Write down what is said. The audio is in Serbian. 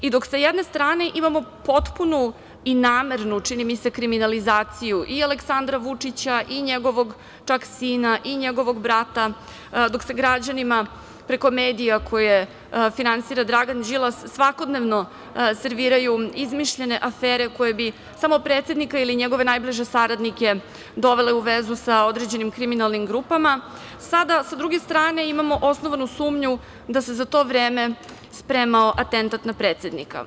I dok sa jedne strane imamo potpunu i namernu, čini mi se kriminalizaciju i Aleksandra Vučića i njegovog čak sina, i njegovog brata, dok se građanima preko medija koje finansira Dragan Đilas svakodnevno serviraju izmišljene afere koje bi samo predsednika ili njegove najbliže saradnike dovele u vezu sa određenim kriminalnim grupama, sada, sa druge strane imamo osnovanu sumnju da se za to vreme spremao atentat na predsednika.